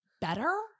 better